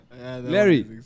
Larry